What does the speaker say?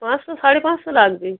পাঁচশো সাড়ে পাঁচশো লাগবে